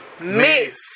Miss